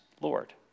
Lord